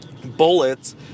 bullets